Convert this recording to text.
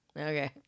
Okay